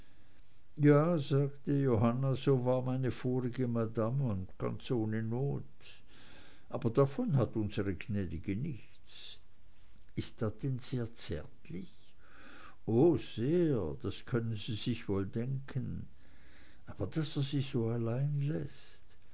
ja sagte johanna so war meine vorige madam und ganz ohne not aber davon hat unsere gnäd'ge nichts ist er denn sehr zärtlich oh sehr das können sie doch wohl denken aber daß er sie so allein läßt